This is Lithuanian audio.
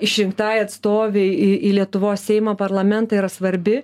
išrinktai atstovei į į lietuvos seimą parlamentą yra svarbi